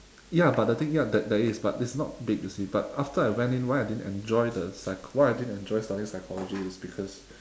ya but the thing ya there there is but it's not big you see but after I went in why I didn't enjoy the psycho~ why I didn't enjoy studying psychology is because